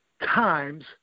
Times